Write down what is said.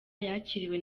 yakiriwe